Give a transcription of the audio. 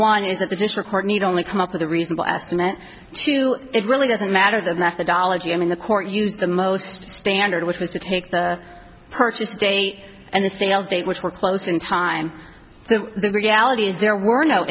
one is that the just record need only come up with a reasonable estimate to it really doesn't matter the methodology i mean the court used the most standard which was to take the purchase date and the sales date which were close in time but the reality is there were no